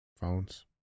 Phones